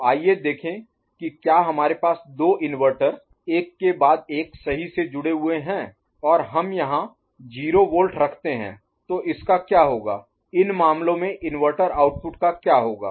तो आइए देखें कि क्या हमारे पास दो इनवर्टर एक के बाद एक सही से जुड़े हुए हैं और हम यहां 0 वोल्ट रखते हैं तो इसका क्या होगा इन मामलों में इन्वर्टर आउटपुट का क्या होगा